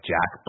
Jack